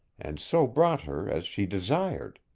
and so brought her as she desired.